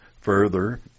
Further